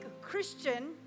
Christian